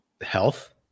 health